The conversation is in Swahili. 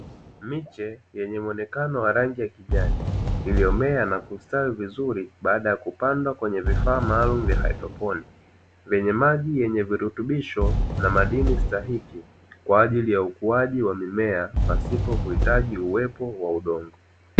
Miche yenye muonekano wa rangi ya kijani iliyomea na kustawi vizuri baada ya kupandwa kwenye vifaa maalumu vya hydroponi, vyenye maji yenye virutubisho na madini stahiki kwa ajili ya ukuaji wa mimea pasipo kuhitaji uwepo wa udongo.